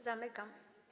Zamykam.